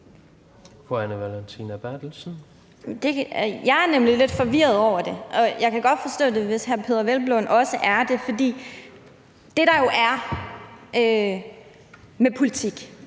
Jeg er nemlig lidt forvirret over det, og jeg kan godt forstå, hvis hr. Peder Hvelplund også er det. For det, der jo er med politik,